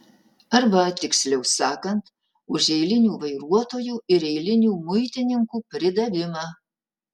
arba tiksliau sakant už eilinių vairuotojų ir eilinių muitininkų pridavimą